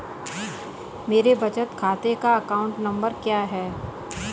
मेरे बचत खाते का अकाउंट नंबर क्या है?